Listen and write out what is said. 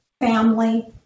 family